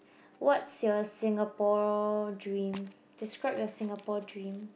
what's your Singapore dream describe your Singapore dream